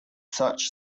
such